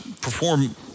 perform